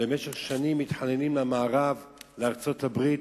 במשך שנים מתחננים למערב, לארצות-הברית,